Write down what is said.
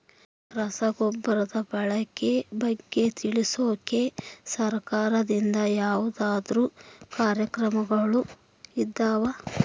ರಸಗೊಬ್ಬರದ ಬಳಕೆ ಬಗ್ಗೆ ತಿಳಿಸೊಕೆ ಸರಕಾರದಿಂದ ಯಾವದಾದ್ರು ಕಾರ್ಯಕ್ರಮಗಳು ಇದಾವ?